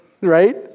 Right